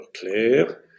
Claire